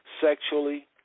Sexually